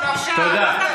לא בושה, משה אבוטבול.